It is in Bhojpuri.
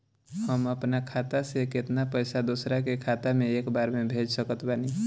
हम अपना खाता से केतना पैसा दोसरा के खाता मे एक बार मे भेज सकत बानी?